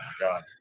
god